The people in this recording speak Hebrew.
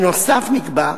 בנוסף נקבע,